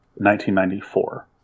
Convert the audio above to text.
1994